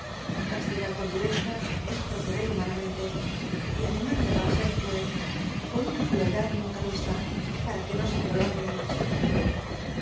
castigar con dureza es proceder humanamente y alemania va á ser cruel con una crueldad nunca vista para que no se prolongue la lucha